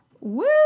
Woo